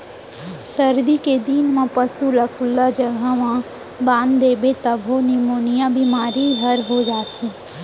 सरदी के दिन म पसू ल खुल्ला जघा म बांध देबे तभो निमोनिया बेमारी हर हो जाथे